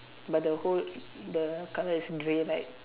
but the whole the colour is grey right